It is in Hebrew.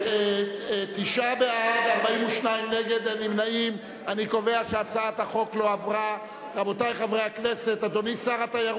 אנחנו מייד נחזור על כל הדיון